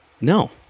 No